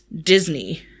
Disney